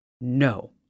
no